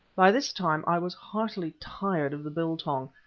by this time i was heartily tired of the biltong,